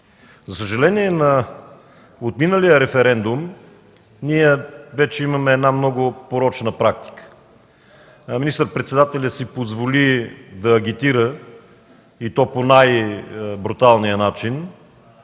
За съжаление, на отминалия референдум ние вече имаме много порочна практика, министър-председателят си позволи да агитира и то по най-бруталния начин